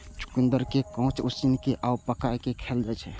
चुकंदर कें कांच, उसिन कें आ पकाय कें खाएल जाइ छै